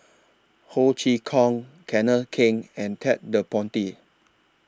Ho Chee Kong Kenneth Keng and Ted De Ponti